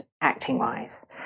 acting-wise